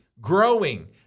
growing